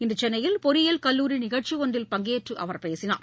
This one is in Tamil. இன்று சென்னையில் பொறியியல் கல்லூரி நிகழ்ச்சி ஒன்றில் பங்கேற்று அவர் பேசினார்